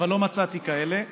אבל לא מצאתי כאלה,